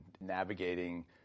navigating